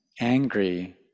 angry